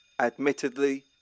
admittedly